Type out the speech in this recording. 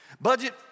Budget